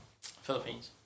Philippines